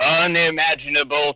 Unimaginable